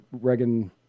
Reagan